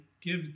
give